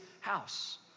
house